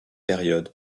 période